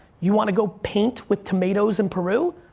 you wanna go paint with tomatoes in peru?